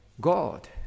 God